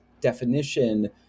definition